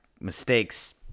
mistakes